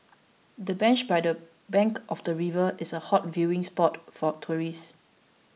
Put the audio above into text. the bench by the bank of the river is a hot viewing spot for tourists